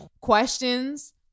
questions